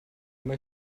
aber